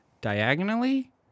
diagonally